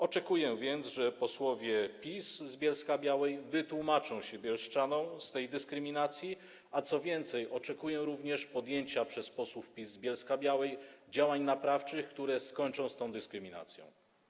Oczekuję więc, że posłowie PiS z Bielska-Białej wytłumaczą się bielszczanom z tej dyskryminacji, a co więcej, oczekuję również podjęcia przez posłów PiS z Bielska-Białej działań naprawczych, które skończą z tą dyskryminacją.